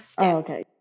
Okay